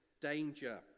danger